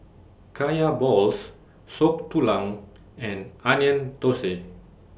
Kaya Balls Soup Tulang and Onion Thosai